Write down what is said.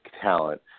talent